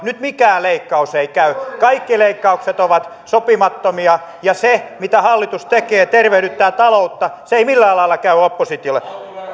nyt mikään leikkaus ei käy kaikki leikkaukset ovat sopimattomia ja se mitä hallitus tekee tervehdyttää taloutta ei millään lailla käy oppositiolle